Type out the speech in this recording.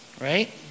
Right